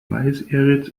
weißeritz